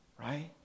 Right